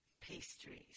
pastries